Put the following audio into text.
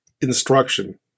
instruction